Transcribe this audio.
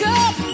up